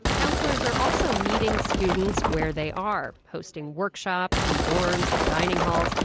counselors are also meeting students where they are, hosting workshops in dorms and dining halls,